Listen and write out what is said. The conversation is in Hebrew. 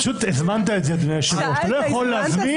היא אינטנסיבית